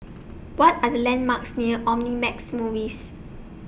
What Are The landmarks near Omnimax Movies